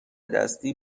دستی